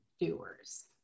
doers